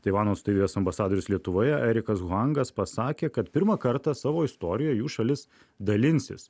taivano atstovybės ambasadorius lietuvoje erikas huangas pasakė kad pirmą kartą savo istorijoj jų šalis dalinsis